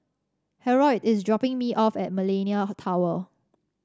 Harrold is dropping me off at Millenia Tower